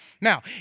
Now